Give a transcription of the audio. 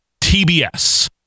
TBS